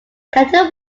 cantor